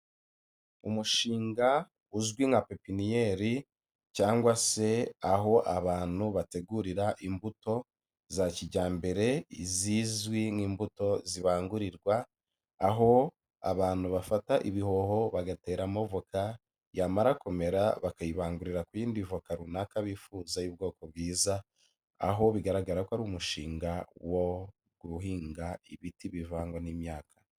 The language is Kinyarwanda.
Umushinga uzwi nka pepiniyeri cyangwa se aho abantu bategurira imbuto za kijyambere zizwi nk'imbuto zibangurirwa aho abantu bafata ibihoho bagateramo avoka yamara kumera bakayibangurira kuyindi voka runaka bifuza y'ubwoko bwiza aho bigaragara ko ari umushinga wo guhinga ibiti bivanga n'imyaka.